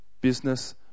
business